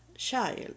Child